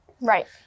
Right